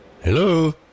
Hello